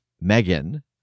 Megan